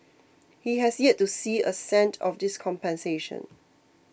he has yet to see a cent of this compensation